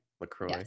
Lacroix